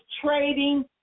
trading